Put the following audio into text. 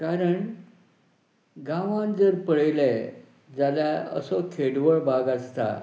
कारण गांवांत जर पळयलें जाल्यार असो खेडवळ भाग आसता